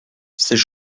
c’est